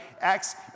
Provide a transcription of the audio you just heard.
Acts